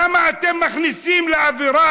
למה אתם מכניסים לאווירה,